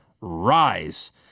rise